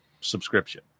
subscription